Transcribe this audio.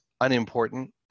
unimportant